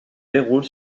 déroule